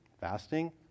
fasting